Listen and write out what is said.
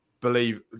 believe